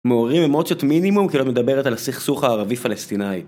מעוררים אמוציות מינימום כי את מדברת על הסכסוך הערבי-פלסטינאי.